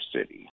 city